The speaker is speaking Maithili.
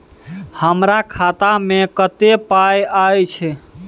हमरा खाता में कत्ते पाई अएछ?